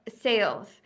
sales